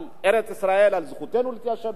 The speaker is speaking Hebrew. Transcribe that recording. על ארץ-ישראל,